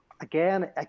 again